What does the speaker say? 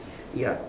ya